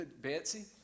Betsy